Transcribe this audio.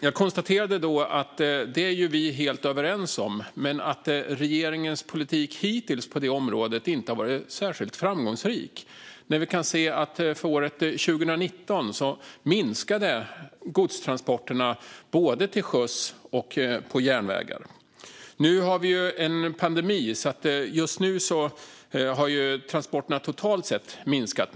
Jag konstaterade då att vi var helt överens om det men att regeringens politik hittills inte har varit särskilt framgångsrik på området. År 2019 minskade godstransporterna både till sjöss och på järnväg. Nu har vi en pandemi, och då har transporterna totalt sett minskat.